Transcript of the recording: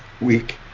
week